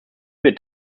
wird